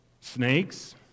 snakes